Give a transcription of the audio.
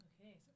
Okay